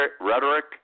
rhetoric